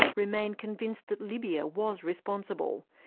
remain convinced that libya was responsible,